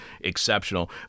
exceptional